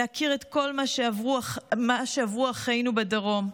להכיר את כל מה שעברו אחינו בדרום,